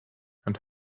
and